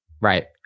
right